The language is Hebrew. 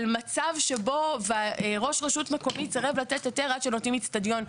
על מצב שבו ראש רשות מקוימת סירב לתת היתר עד שנותנים אצטדיון.